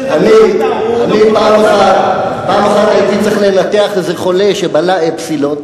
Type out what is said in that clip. פעם אחת הייתי צריך לנתח איזה חולה שבלע אפסילון.